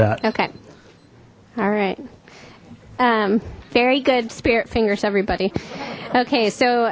that okay all right um very good spirit fingers everybody okay so